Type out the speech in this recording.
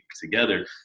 together